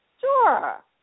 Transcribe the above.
Sure